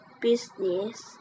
business